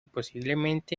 posiblemente